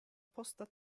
posta